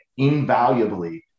invaluably